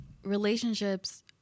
relationships